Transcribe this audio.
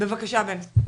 בבקשה בן.